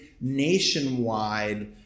nationwide